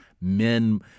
Men